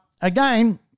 Again